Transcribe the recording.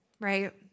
right